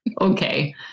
okay